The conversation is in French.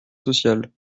sociales